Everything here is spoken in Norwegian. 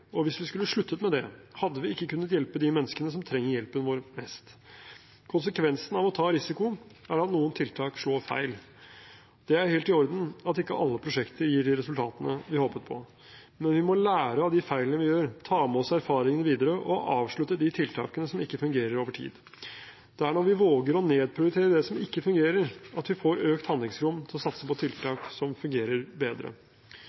Hvis vi skulle sluttet med det, hadde vi ikke kunnet hjelpe de menneskene som trenger hjelpen vår mest. Konsekvensen av å ta risiko er at noen tiltak slår feil. Det er helt i orden at ikke alle prosjekter gir de resultatene vi håpet på. Men vi må lære av de feilene vi gjør, ta med oss erfaringene videre, og avslutte de tiltakene som ikke fungerer over tid. Det er når vi våger å nedprioritere det som ikke fungerer, at vi får økt handlingsrom til å satse på tiltak som fungerer bedre.